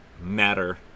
matter